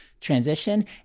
transition